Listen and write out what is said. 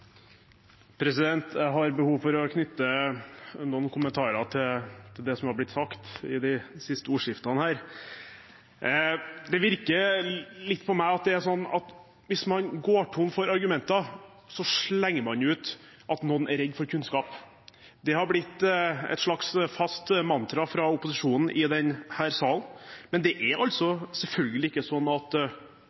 Jeg har behov for å knytte noen kommentarer til det som har blitt sagt i de siste ordskiftene her. Det virker på meg litt sånn at hvis man går tom for argumenter, slenger man ut at noen er redd for kunnskap. Det har blitt et slags fast mantra fra opposisjonen i denne salen. Det er selvfølgelig ikke sånn at